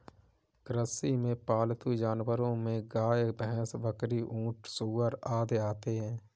कृषि में पालतू जानवरो में गाय, भैंस, बकरी, ऊँट, सूअर आदि आते है